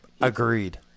Agreed